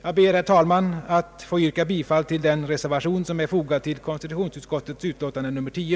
Jag ber, herr talman, att få yrka bifall till den reservation som är fogad till konstitutionsutskottets utlåtande nr 10.